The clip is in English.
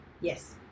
Yes